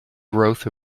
growth